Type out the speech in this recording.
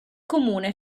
comune